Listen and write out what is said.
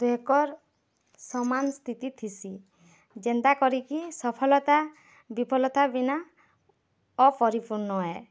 ଦୁହିଣଙ୍କର୍ ସମାନ୍ ସ୍ଥିତି ଥିସି ଯେନ୍ତା କରିକି ସଫଲତା ବିଫଲତା ବିନା ଅପରିପୂର୍ଣ୍ଣ ହେ